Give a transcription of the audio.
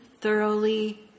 thoroughly